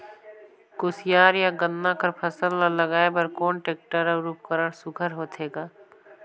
कोशियार या गन्ना कर फसल ल लगाय बर कोन टेक्टर अउ उपकरण सुघ्घर होथे ग?